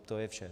To je vše.